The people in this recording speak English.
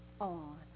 on